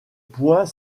point